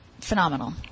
phenomenal